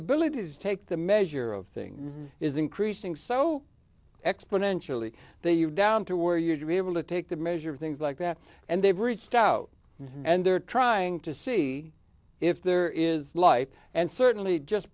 ability to take the measure of things is increasing so exponentially you down to where you should be able to take the measure of things like that and they've reached out and they're trying to see if there is life and certainly just